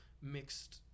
mixed